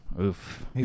Oof